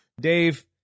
Dave